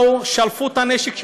באו, שלפו את הנשק שלהם,